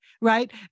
right